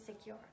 secure